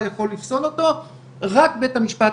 אני בריאה לחלוטין ושאני אפסיק להגיע למיון רק בגלל הדם.